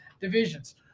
divisions